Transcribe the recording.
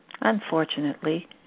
Unfortunately